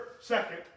second